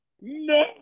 No